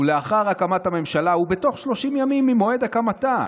ולאחר הקמת הממשלה ובתוך 30 ימים ממועד הקמתה,